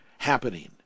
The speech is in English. happening